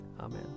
Amen